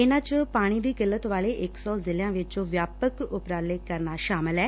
ਇਨਾ ਚ ਪਾਣੀ ਦੀ ਕਿਲਤ ਵਾਲੇ ਇਕ ਸੌ ਜ਼ਿਲੁਿਆ ਚ ਵਿਆਪਕ ਊਪਰਾਲੇ ਕਰਨਾ ਸ਼ਾਮਲ ਐ